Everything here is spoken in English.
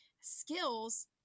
skills